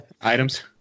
items